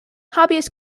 hobbyists